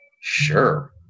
sure